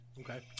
Okay